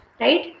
Right